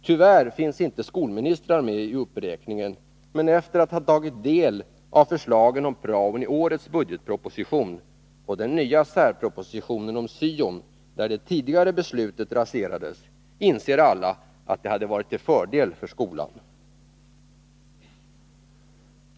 Tyvärr finns inte skolministrar med i uppräkningen, men efter att ha tagit del av förslagen om praon i årets budgetproposition och den nya särpropositionen om syon, där det tidigare beslutet raserades, inser alla att det hade varit till fördel för skolan.